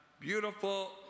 beautiful